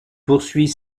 poursuit